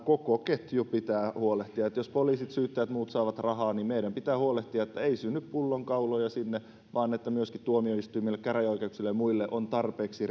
koko tästä ketjusta pitää huolehtia että jos poliisit syyttäjät ja muut saavat rahaa niin meidän pitää huolehtia että ei synny pullonkauloja vaan että myöskin käräjäoikeuksille ja muille tuomioistuimille on tarpeeksi